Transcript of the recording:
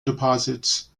deposits